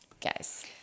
guys